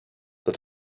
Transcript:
that